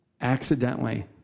accidentally